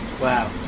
Wow